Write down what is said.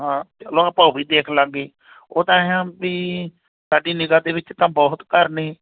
ਹਾਂ ਚਲੋ ਆਪਾਂ ਉਹ ਹੀ ਦੇਖ ਲਵਾਂਗੇ ਉਹ ਤਾਂ ਐਂ ਆ ਵੀ ਸਾਡੀ ਨਿਗ੍ਹਾ ਦੇ ਵਿੱਚ ਤਾਂ ਬਹੁਤ ਘਰ ਨੇ